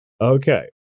Okay